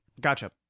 Gotcha